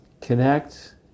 connect